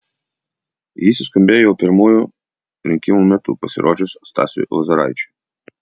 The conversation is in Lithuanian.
ji suskambėjo jau pirmųjų rinkimų metu pasirodžius stasiui lozoraičiui